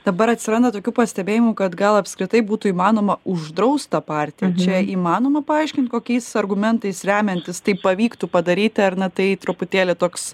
dabar atsiranda tokių pastebėjimų kad gal apskritai būtų įmanoma uždraust tą partiją čia įmanoma paaiškint kokiais argumentais remiantis tai pavyktų padaryti ar na tai truputėlį toks